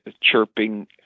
chirping